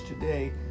today